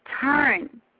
turn